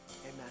Amen